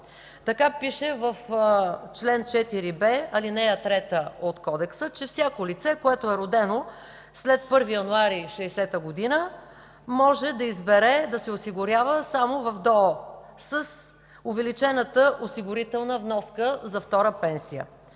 Така пише в чл. 4б, ал. 3 от Кодекса – че всяко лице, родено след 1 януари 1960 г., може да избере да се осигурява само в ДОО с увеличената осигурителна вноска за втора пенсия.